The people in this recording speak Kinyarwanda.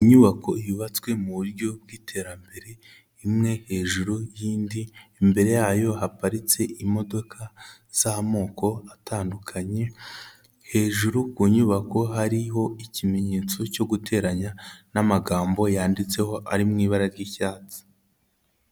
Inyubako yubatswe mu buryo bw'iterambere imwe hejuru y'indi, imbere yayo haparitse imodoka z'amoko atandukanye, hejuru ku nyubako hariho ikimenyetso cyo guteranya n'amagambo yanditseho ari mu ibara ry'icyatsi.